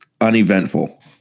uneventful